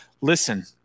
Listen